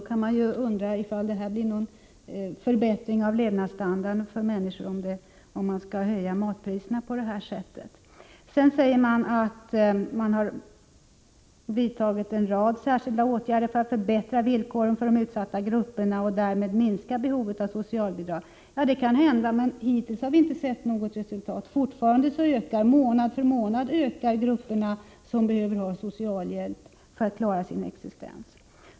Man kan undra om det ger någon förbättring av levnadsstandarden för människor om man höjer matpriserna på det sättet. Sedan sägs att regeringen har vidtagit en rad särskilda åtgärder för att förbättra villkoren för de mest utsatta grupperna och därmed minska behovet av socialbidrag. Det kan hända, men hittills har vi inte sett något resultat. Fortfarande ökar månad för månad de grupper som behöver socialhjälp för att klara sin existens.